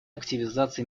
активизации